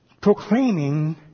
proclaiming